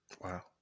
wow